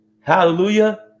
Hallelujah